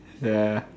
ya